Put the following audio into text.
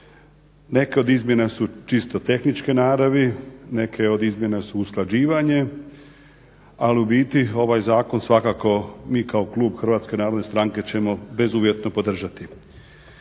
Neke od izmjena su čisto tehničke naravi, neke od izmjena su usklađivanje ali u biti ovaj zakon svkaako mi kao klub HNS-a ćemo bezuvjetno podržati